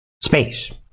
space